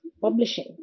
publishing